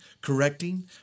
correcting